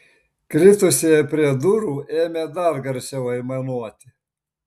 kritusieji prie durų ėmė dar garsiau aimanuoti